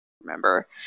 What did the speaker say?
remember